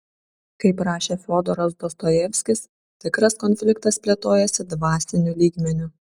kaip rašė fiodoras dostojevskis tikras konfliktas plėtojasi dvasiniu lygmeniu